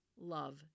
love